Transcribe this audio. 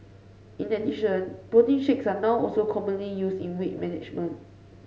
in addition protein shakes are now also commonly used in weight management